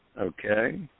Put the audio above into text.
okay